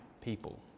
people